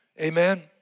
Amen